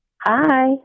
Hi